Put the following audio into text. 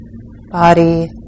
body